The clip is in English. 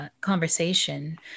conversation